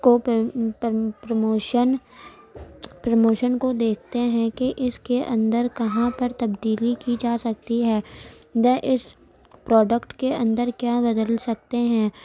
کو پرم پرم پرموشن پرموشن کو دیکھتے ہیں کہ اس کے اندر کہاں پر تبدیلی کی جا سکتی ہے یا اس پروڈکٹ کے اندر کیا بدل سکتے ہیں